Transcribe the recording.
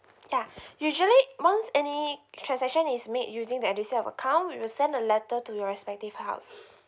yeah usually once any transaction is made using the edusave account it will send a letter to your respective house